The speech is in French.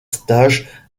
stage